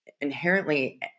inherently